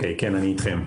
שלום.